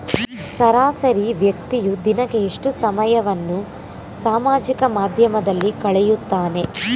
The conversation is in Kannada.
ಸರಾಸರಿ ವ್ಯಕ್ತಿಯು ದಿನಕ್ಕೆ ಎಷ್ಟು ಸಮಯವನ್ನು ಸಾಮಾಜಿಕ ಮಾಧ್ಯಮದಲ್ಲಿ ಕಳೆಯುತ್ತಾನೆ?